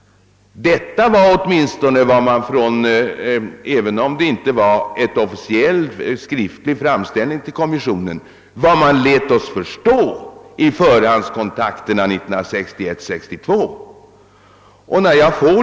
Att ett sådant krav på precisering kan komma lät man oss förstå i förhandskontakterna 1961—1962.